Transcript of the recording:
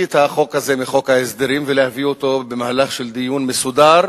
את החוק הזה מחוק ההסדרים ולהביא אותו במהלך של דיון מסודר